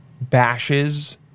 bashes